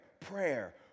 prayer